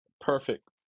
perfect